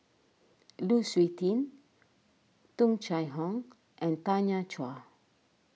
Lu Suitin Tung Chye Hong and Tanya Chua